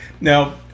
Now